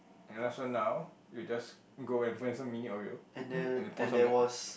and last one now you just go and find some mini oreo and then pour some milk